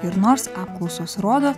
ir nors apklausos rodo